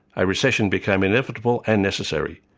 a recession became inevitable and necessary.